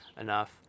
enough